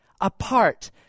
apart